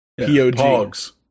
Pog's